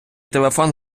телефон